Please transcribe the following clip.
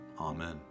Amen